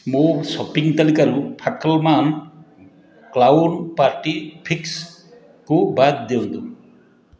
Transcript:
ମୋ ସପିଂ ତାଲିକାରୁ ଫାକେଲମାନ କ୍ଲାଉନ୍ ପାର୍ଟି ଫିକ୍ସ୍କୁ ବାଦ୍ ଦିଅନ୍ତୁ